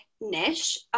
niche